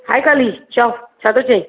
high काली चओ छा थो चए